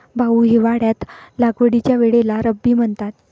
भाऊ, हिवाळ्यात लागवडीच्या वेळेला रब्बी म्हणतात